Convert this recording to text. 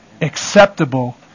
acceptable